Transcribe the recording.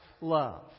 love